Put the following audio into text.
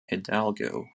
hidalgo